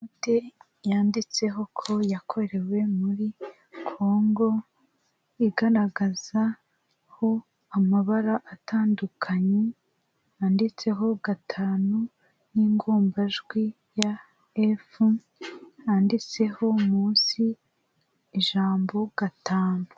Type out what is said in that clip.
Inyugute yanditseho ko yakorewe muri kongo igaragazaho amabara atandukanye , yanditseho gatanu n'ingombajwi ya f yanditseho munsi ijambo gatanu.